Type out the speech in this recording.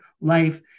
life